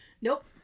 Nope